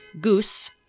goose